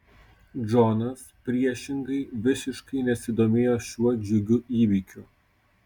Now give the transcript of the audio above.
džonas priešingai visiškai nesidomėjo šiuo džiugiu įvykiu